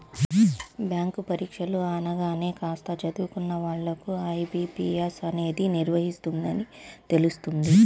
bank పరీక్షలు అనగానే కాస్త చదువుకున్న వాళ్ళకు ఐ.బీ.పీ.ఎస్ అనేది నిర్వహిస్తుందని తెలుస్తుంది